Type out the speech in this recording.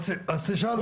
אז תשאל אותו.